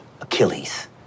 Achilles